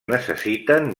necessiten